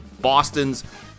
Boston's